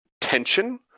tension